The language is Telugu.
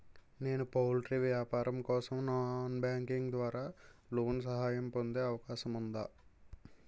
నేను పౌల్ట్రీ వ్యాపారం కోసం నాన్ బ్యాంకింగ్ ద్వారా లోన్ సహాయం పొందే అవకాశం ఉందా?